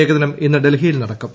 ഏകദിനം ഇന്ന് ഡൽഹിയിൽ നടക്കും